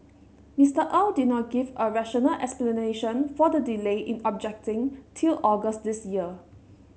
Mister Au did not give a rational explanation for the delay in objecting till August this year